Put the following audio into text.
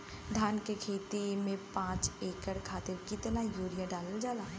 धान क खेती में पांच एकड़ खातिर कितना यूरिया डालल जाला?